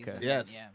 yes